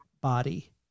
body